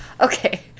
okay